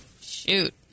shoot